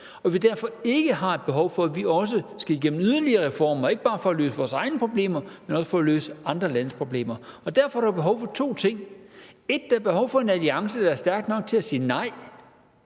at vi derfor ikke har et behov for også at skulle igennem yderligere reformer ikke bare for at løse vores egne problemer, men også for at løse andre landes problemer. Derfor er der behov for to ting. 1) Der er behov for en alliance, der er stærk nok til at sige nej